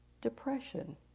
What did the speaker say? Depression